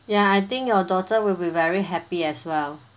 ya I think your daughter will be very happy as well